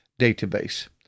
database